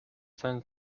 sein